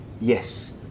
Yes